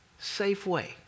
Safeway